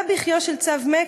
/ בא בכיו של צב מק,